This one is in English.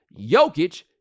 Jokic